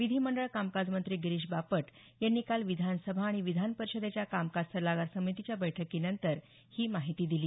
विधीमंडळ कामकाज मंत्री गिरीष बापट यांनी काल विधानसभा आणि विधान परिषदेच्या कामकाज सल्लागार समितीच्या बैठकीनंतर ही माहिती दिली